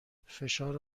فشار